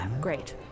Great